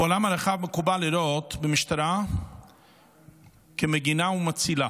בעולם הרחב מקובל לראות במשטרה מגינה ומצילה.